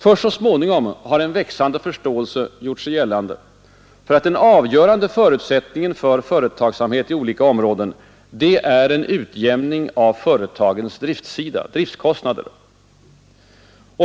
Först så småningom har en växande förståelse gjort sig gällande för att den avgörande förutsättningen för företagsamhet i olika områden är en utjämning av företagens driftkostnader.